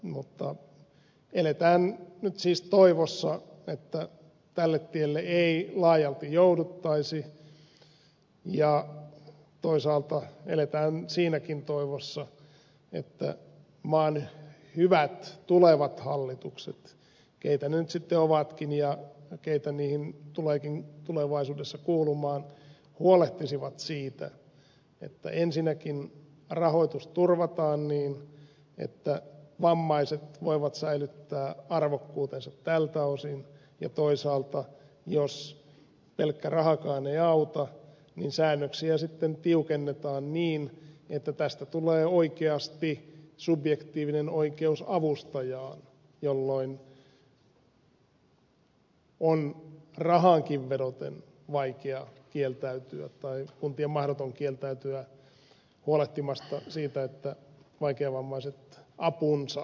mutta eletään nyt siis toivossa että tälle tielle ei laajalti jouduttaisi ja toisaalta eletään siinäkin toivossa että maan hyvät tulevat hallitukset mitä ne nyt sitten ovatkin ja keitä niihin tuleekin tulevaisuudessa kuulumaan huolehtisivat siitä että ensinnäkin rahoitus turvataan niin että vammaiset voivat säilyttää arvokkuutensa tältä osin ja toisaalta jos pelkkä rahakaan ei auta säännöksiä sitten tiukennetaan niin että tästä tulee oikeasti subjektiivinen oikeus avustajaan jolloin on rahaankin vedoten kuntien mahdoton kieltäytyä huolehtimasta siitä että vaikeavammaiset apunsa saavat